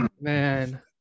Man